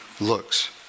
looks